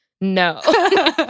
no